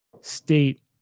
state